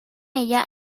ella